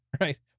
right